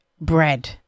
bread